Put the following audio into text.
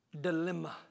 dilemma